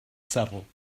saddle